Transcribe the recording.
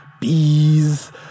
bees